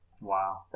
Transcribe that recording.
Wow